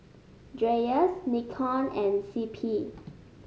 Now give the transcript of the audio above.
Dreyers Nikon and C P